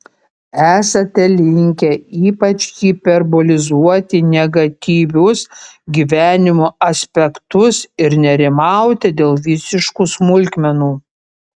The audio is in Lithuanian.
esate linkę ypač hiperbolizuoti negatyvius gyvenimo aspektus ir nerimauti dėl visiškų smulkmenų